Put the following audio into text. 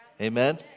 Amen